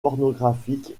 pornographique